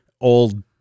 old